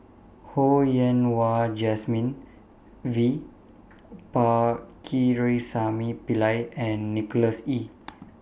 Ho Yen Wah Jesmine V Pakirisamy Pillai and Nicholas Ee